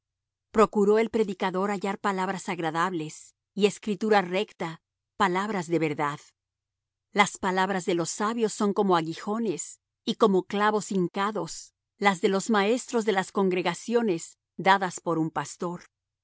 procuró el predicador hallar palabras agradables y escritura recta palabras de verdad las palabras de los sabios son como aguijones y como clavos hincados las de los maestros de las congregaciones dadas por un pastor